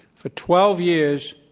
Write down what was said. for twelve years,